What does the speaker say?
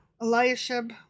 Eliashib